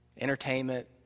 Entertainment